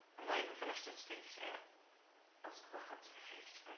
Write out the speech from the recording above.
i'm not even finished his face yet let's go back up to the face